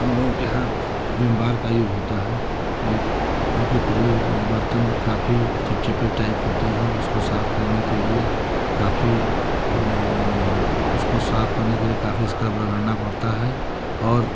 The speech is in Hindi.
हमलोगों के यहाँ विम बार का यूज़ होता है यह क्योंकि पहले बर्तन काफ़ी चिपचिपे टाइप होते हैं उसको साफ करने के लिए काफ़ी उसको साफ करने के लिए काफ़ी स्क्रब रगड़ना पड़ता है और